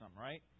right